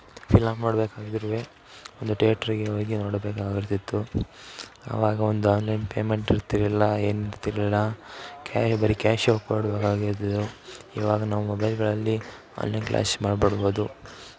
film ನೋಡ್ಬೇಕಂದ್ರೂ ಒಂದು ತಿಯೇಟ್ರಿಗೆ ಹೋಗಿ ನೋಡಬೇಕಾಗಿರ್ತಿತ್ತು ಆವಾಗ ಒಂದು ಆನ್ಲೈನ್ ಪೇಮೆಂಟ್ ಇರ್ತಿರಲಿಲ್ಲ ಏನೂ ಇರ್ತಿರಲಿಲ್ಲ ಕ್ಯಾಯೆ ಬರಿ ಕ್ಯಾಶು ಕೊಡಬೇಕಾಗಿರ್ತಿತ್ತು ಇವಾಗ ನಾವು ಮೊಬೈಲ್ಗಳಲ್ಲಿ ಆನ್ಲೈನ್ ಕ್ಲ್ಯಾಶ್ ಮಾಡಿಬಿಡ್ಬೋದು